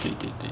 对对对